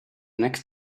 next